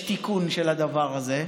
יש תיקון של הדבר הזה.